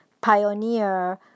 pioneer